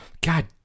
God